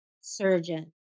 surgeon